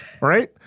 right